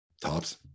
tops